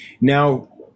Now